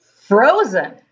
Frozen